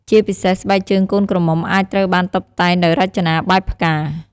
ជាពិសេសស្បែកជើងកូនក្រមុំអាចត្រូវបានតុបតែងដោយរចនាបែបផ្កា។